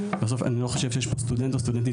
אני לא חושב שיש איזה סטודנט או סטודנטית